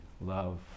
love